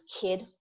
kid